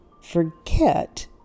forget